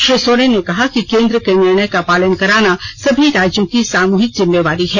श्री सोरेन ने कहा कि केन्द्र के निर्णय का पालन कराना सभी राज्यों की सामुहिक जिम्मेवारी है